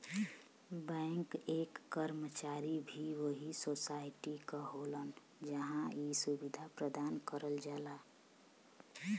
bank क कर्मचारी भी वही सोसाइटी क होलन जहां इ सुविधा प्रदान करल जाला